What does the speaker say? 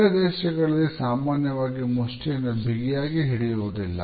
ಬೇರೆ ದೇಶಗಳಲ್ಲಿ ಸಾಮಾನ್ಯವಾಗಿ ಮುಷ್ಟಿಯನ್ನು ಬಿಗಿಯಾಗಿ ಹಿಡಿಯುವುದಿಲ್ಲ